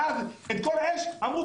ואז את כל האש אמרו,